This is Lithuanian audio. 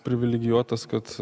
privilegijuotas kad